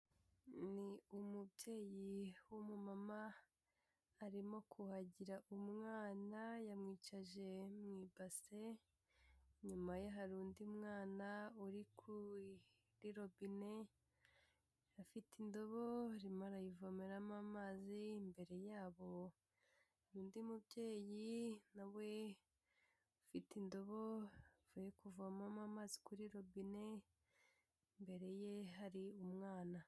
Ni umubyeyi w'umumama arimo kuhagira umwana yamwicaje mu ibase, inyuma ye hari undi mwana uri kuri robine afite indobo arimo arayivomeramo amazi, imbere y'abo hari undi mubyeyi na we ufite indobo avuye kuvomamo amazi kuri robine, imbere ye hari umwana.